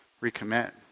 Recommit